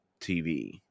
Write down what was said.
TV